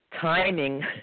timing